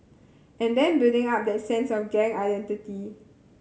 and then building up that sense of gang identity